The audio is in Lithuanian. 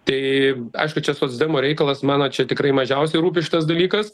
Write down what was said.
tai aišku čia socdemų reikalas mano čia tikrai mažiausiai rūpi šitas dalykas